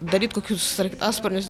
daryt kokius sraigtasparnius